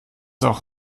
auch